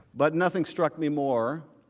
but, nothing struck me more,